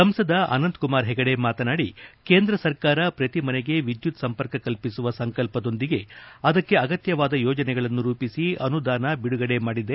ಸಂಸದ ಅನಂತಕುಮಾರ್ ಹೆಗಡೆ ಮಾತನಾಡಿ ಕೇಂದ್ರ ಸರ್ಕಾರ ಪ್ರತಿ ಮನೆಗೆ ವಿದ್ಯುತ್ ಸಂಪರ್ಕ ಕಲ್ಪಿಸುವ ಸಂಕಲ್ಪದೊಂದಿಗೆ ಅದಕ್ಕೆ ಅಗತ್ಯವಾದ ಯೋಜನೆಗಳನ್ನು ರೂಪಿಸಿ ಅನುದಾನ ಬಿಡುಗಡೆ ಮಾಡಿದೆ